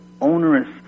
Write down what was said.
onerous